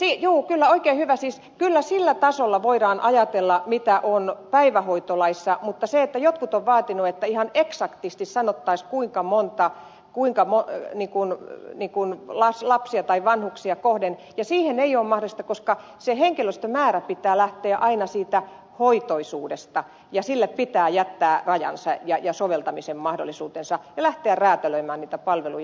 niin siis kyllä sillä tasolla voidaan ajatella mitä on päivähoitolaissa mutta kun jotkut ovat vaatineet että ihan eksaktisti sanottaisiin kuinka monta lasta tai vanhusta kohden niin se ei ole mahdollista koska sen henkilöstömäärän pitää lähteä aina siitä hoitoisuudesta ja sille pitää jättää rajansa ja soveltamisen mahdollisuutensa ja lähteä räätälöimään niitä palveluja